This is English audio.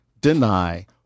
deny